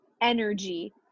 energy